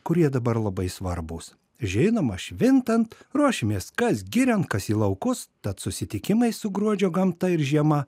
kurie dabar labai svarbūs žinoma švintant ruošimės kas girion kas į laukus tad susitikimai su gruodžio gamta ir žiema